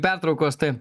pertraukos tai